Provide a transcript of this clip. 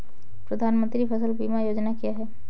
प्रधानमंत्री फसल बीमा योजना क्या है?